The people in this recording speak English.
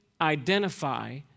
identify